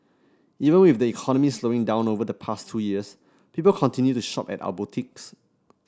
even with the economy slowing down over the past two years people continued to shop at our boutiques